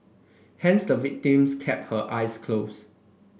hence the victim kept her eyes closed